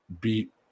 beat